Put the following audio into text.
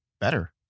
better